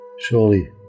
Surely